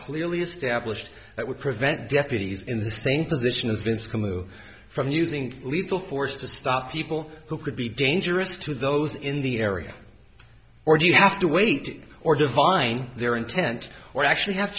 clearly established that would prevent deputies in the same position as vince camillo from using lethal force to stop people who could be dangerous to those in the area or do you have to wait or define their intent or actually have